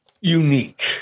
unique